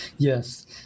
Yes